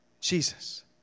Jesus